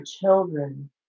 children